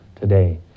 today